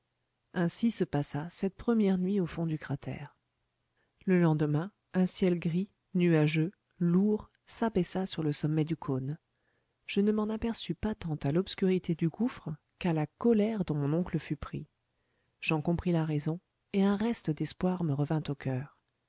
ainsi se passa cette première nuit au fond du cratère le lendemain un ciel gris nuageux lourd s'abaissa sur le sommet du cône je ne m'en aperçus pas tant à l'obscurité du gouffre qu'à la colère dont mon oncle fut pris j'en compris la raison et un reste d'espoir me revint au coeur